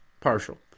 partial